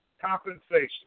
compensation